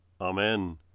Amen